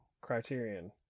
criterion